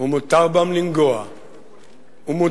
ומותר בם לנגוע / ומותר,